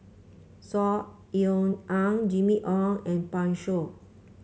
Saw Ean Ang Jimmy Ong and Pan Shou